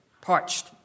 parched